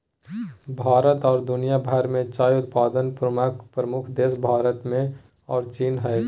भारत और दुनिया भर में चाय उत्पादन प्रमुख देशों मेंभारत और चीन हइ